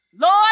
Lord